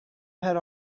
had